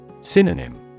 Synonym